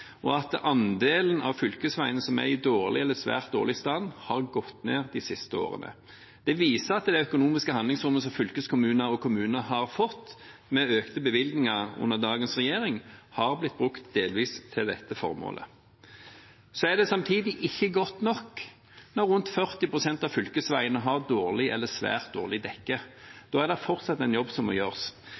og at andelen fylkesveier som er i dårlig eller svært dårlig stand, har gått ned de siste årene. Det viser at det økonomiske handlingsrommet som fylkeskommuner og kommuner har fått med økte bevilgninger under dagens regjering, har blitt brukt delvis til dette formålet. Så er det samtidig ikke godt nok når rundt 40 pst. av fylkesveiene har dårlig eller svært dårlig dekke. Da er det fortsatt en jobb som må gjøres.